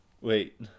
wait